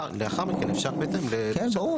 לאחר מכן אפשר בהתאם --- ברור.